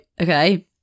okay